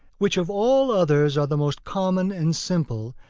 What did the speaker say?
which of all others are the most common and simple,